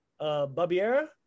Babiera